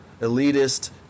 elitist